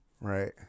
Right